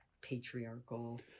patriarchal